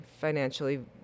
financially